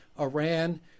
Iran